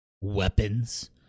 weapons